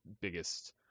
biggest